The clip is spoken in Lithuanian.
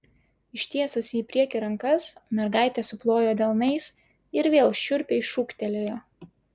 ištiesusi į priekį rankas mergaitė suplojo delnais ir vėl šiurpiai šūktelėjo